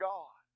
God